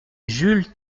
jules